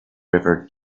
river